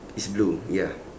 it's blue ya